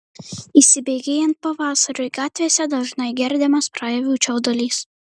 įsibėgėjant pavasariui gatvėse dažnai girdimas praeivių čiaudulys